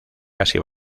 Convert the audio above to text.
casi